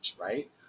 right